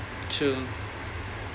mm true